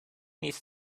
needs